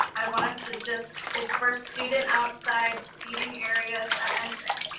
i want us to just, it's for student outside seating areas at ensign.